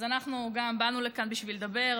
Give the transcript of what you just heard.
אז אנחנו באנו לכאן בשביל לדבר,